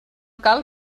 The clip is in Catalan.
cal